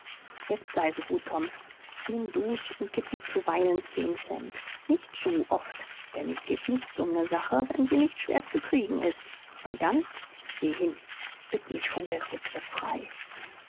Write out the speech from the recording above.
jetzt sei so gut tom nimm du's und gib mir zuweilen zehn cent nicht zu oft denn ich geb nichts um ne sache wenn sie nicht schwer zu kriegen ist und dann geh hin bitt mich von der witwe frei